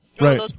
Right